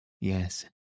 Yes